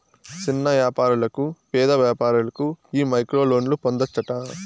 సిన్న యాపారులకు, పేద వ్యాపారులకు ఈ మైక్రోలోన్లు పొందచ్చట